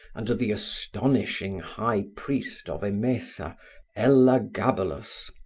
under the astonishing high priest of emesa, elagabalus,